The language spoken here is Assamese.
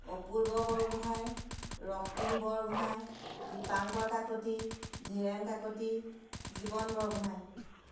অপূৰ্ব বৰগোহাঁই ৰক্তিম বৰগোহাঁই দীপাংকৰ কাকতি ধীৰেণ কাকতি জীৱন বৰগোহাঁই